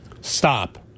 Stop